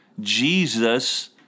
Jesus